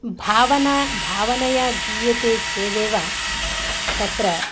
भावना भावनया गीयते चेदेव तत्र